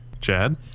Chad